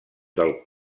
del